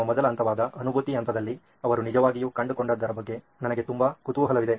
ನಮ್ಮ ಮೊದಲ ಹಂತವಾದ ಅನುಭೂತಿ ಹಂತದಲ್ಲಿ ಅವರು ನಿಜವಾಗಿಯೂ ಕಂಡುಕೊಂಡದ್ದರ ಬಗ್ಗೆ ನನಗೆ ತುಂಬಾ ಕುತೂಹಲವಿದೆ